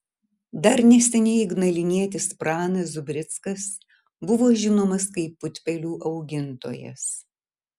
dar neseniai ignalinietis pranas zubrickas buvo žinomas kaip putpelių augintojas